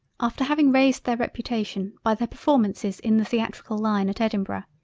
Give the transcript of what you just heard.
after having raised their reputation by their performances in the theatrical line at edinburgh,